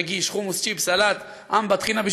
מגיש חומוס-צ'יפס-סלט-עמבה-טחינה,